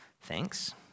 Thanks